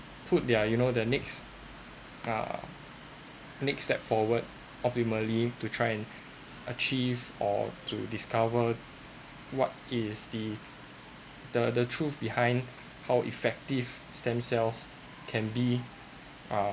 put their you know the next err next step forward optimally to try and achieve or to discover what is the the the truth behind how effective stem cells can be uh